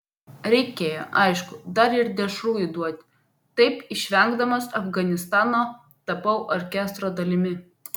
reikėjo aišku dar ir dešrų įduoti taip išvengdamas afganistano tapau orkestro dalimi